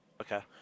Okay